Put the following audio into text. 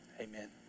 Amen